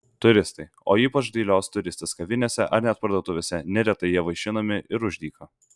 turistai o ypač dailios turistės kavinėse ar net parduotuvėse neretai ja vaišinami ir už dyką